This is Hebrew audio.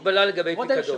לכן,